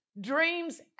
dreams